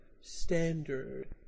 standard